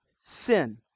sin